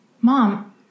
mom